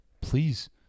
please